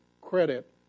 credit